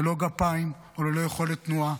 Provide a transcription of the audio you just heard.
ללא גפיים וללא יכולת תנועה,